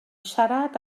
siarad